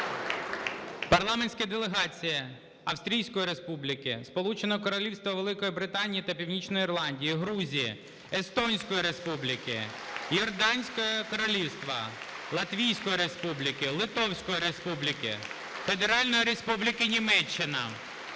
Парламентська делегація Австрійської Республіки, Сполучене Королівство Великої Британії та Північної Ірландії, Грузії, Естонської Республіки, Йорданського Королівства, Латвійської Республіки, Литовської Республіки, Федеральної Республіки Німеччина,